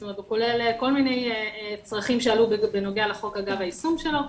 זאת אומרת הוא כולל כל מיני צרכים שעלו בנוגע לחוק אגב היישום שלו,